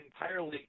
entirely